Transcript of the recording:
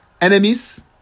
enemies